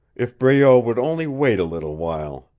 if breault would only wait a little while.